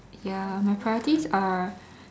ya my priorities are